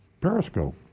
Periscope